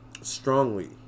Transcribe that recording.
strongly